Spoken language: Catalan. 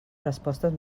respostes